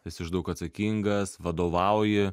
esi už daug atsakingas vadovauji